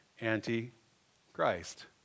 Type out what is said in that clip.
Anti-Christ